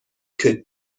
could